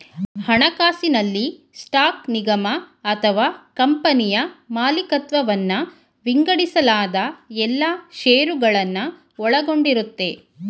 ಹಣಕಾಸಿನಲ್ಲಿ ಸ್ಟಾಕ್ ನಿಗಮ ಅಥವಾ ಕಂಪನಿಯ ಮಾಲಿಕತ್ವವನ್ನ ವಿಂಗಡಿಸಲಾದ ಎಲ್ಲಾ ಶೇರುಗಳನ್ನ ಒಳಗೊಂಡಿರುತ್ತೆ